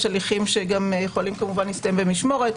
יש הליכים שיכולים להסתיים במשמורת.